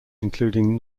including